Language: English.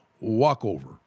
walkover